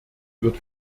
wird